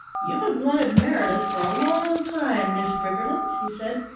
you have wanted meredith for a long time, miss briggerland, he said,